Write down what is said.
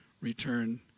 return